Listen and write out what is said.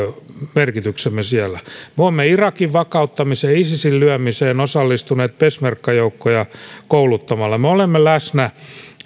merkityksemme siellä me olemme irakin vakauttamiseen isisin lyömiseen osallistuneet peshmerga joukkoja kouluttamalla me olemme läsnä